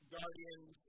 Guardians